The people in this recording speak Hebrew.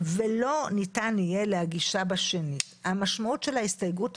זה לא שונה בהרבה, אבל זה מהותי.